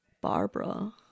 Barbara